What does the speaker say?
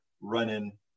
running